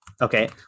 Okay